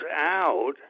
out